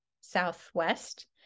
Southwest